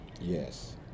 Yes